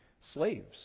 slaves